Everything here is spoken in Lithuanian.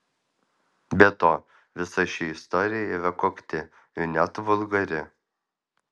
be to visa ši istorija yra kokti ir net vulgari